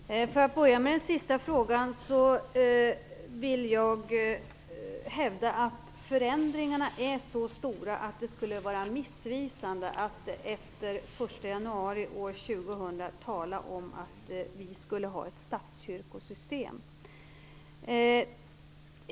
Herr talman! Jag skall börja med den senast ställda frågan. Jag vill hävda att förändringarna är så stora att det skulle vara missvisande att efter den 1 januari 2000 tala om ett statskyrkosystem.